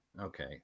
Okay